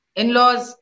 in-laws